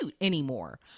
anymore